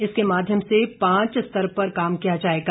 इसके माध्यम से पांच स्तर पर काम किया जाएगा